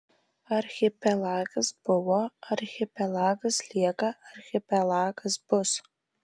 archipelagas buvo archipelagas lieka archipelagas bus